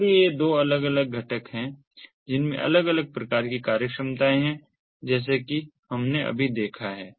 इसलिए ये दो अलग घटक हैं जिनमें अलग अलग प्रकार की कार्यक्षमताएँ हैं जैसे कि हमने अभी अभी देखा हैं